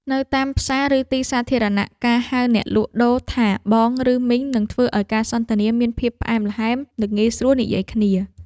នៅតាមផ្សារឬទីសាធារណៈការហៅអ្នកលក់ដូរថាបងឬមីងនឹងធ្វើឱ្យការសន្ទនាមានភាពផ្អែមល្ហែមនិងងាយស្រួលនិយាយគ្នា។